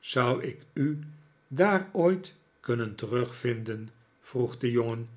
zou ik u daar ooit kunnen terugvinden vroeg de jongen